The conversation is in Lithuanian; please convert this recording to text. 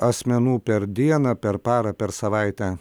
asmenų per dieną per parą per savaitę